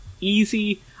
easy